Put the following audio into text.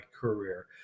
career